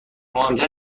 مهمتر